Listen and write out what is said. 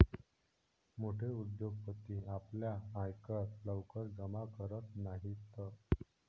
मोठे उद्योगपती आपला आयकर लवकर जमा करत नाहीत